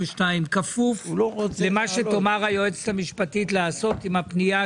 כפוף למה שתאמר היועצת המשפטית לעשות עם הפנייה